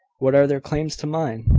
what are their claims to mine?